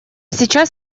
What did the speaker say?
сейчас